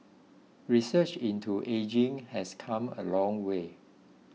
research into ageing has come a long way